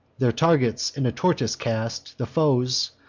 their targets in a tortoise cast, the foes,